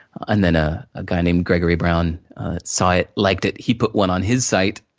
and then, a guy named gregory brown saw it, liked it, he put one on his site,